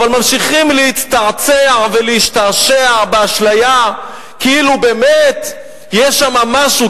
אבל ממשיכים להצטעצע ולהשתעשע באשליה כאילו באמת יש שם משהו,